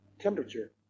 temperature